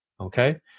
okay